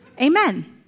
Amen